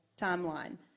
timeline